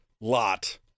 lot